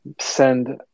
send